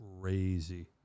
crazy